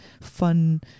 fun